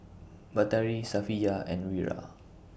Batari Safiya and Wira